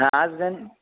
হ্যাঁ আসবেন